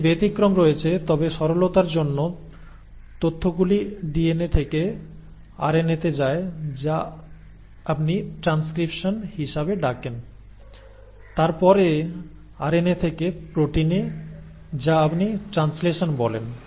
এটির ব্যতিক্রম রয়েছে তবে সরলতার জন্য তথ্যগুলি ডিএনএ থেকে আরএনএতে যায় যা আপনি ট্রানস্ক্রিপশন হিসাবে ডাকেন তারপরে আরএনএ থেকে প্রোটিনে যা আপনি ট্রান্সলেশন বলেন